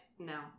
no